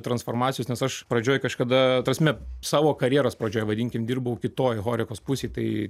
transformacijos nes aš pradžioj kažkada ta prasme savo karjeros pradžioj vadinkim dirbau kitoj horikos pusėj tai